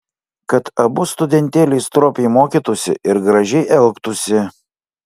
kad abu studentėliai stropiai mokytųsi ir gražiai elgtųsi